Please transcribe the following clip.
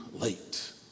late